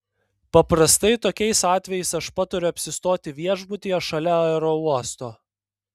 paprastai tokiais atvejais aš patariu apsistoti viešbutyje šalia aerouosto